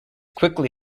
quickly